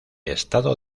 estado